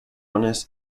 abordaje